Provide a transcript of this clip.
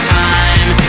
time